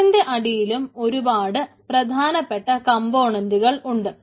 അതിന്റെ അടിയിലും ഒരുപാട് പ്രധാനപെട്ട കംപൊണന്റ്കൾ ഉണ്ട്